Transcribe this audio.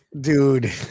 dude